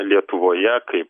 lietuvoje kaip